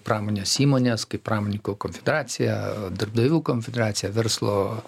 pramonės įmones kaip pramoninkų konfederacija darbdavių konfederacija verslo